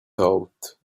thought